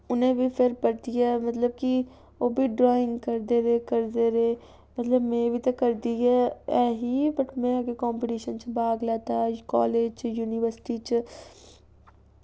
उ'नें बी फिर परतियै मतलब कि ओह् बी ड्राइंग करदे रेह् करदे रेह् मतलब में बी ते करदी गै ही बट में अग्गें कंपीटीशन च भाग लैता कालज च यूनिवर्सिटी च